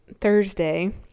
Thursday